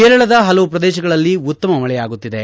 ಕೇರಳದ ಹಲವು ಪ್ರದೇಶಗಳಲ್ಲಿ ಉತ್ತಮ ಮಳೆಯಾಗುತ್ತಿದೆ